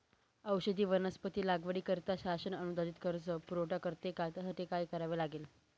औषधी वनस्पती लागवडीकरिता शासन अनुदानित कर्ज पुरवठा करते का? त्यासाठी काय करावे लागेल?